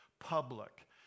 public